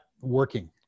working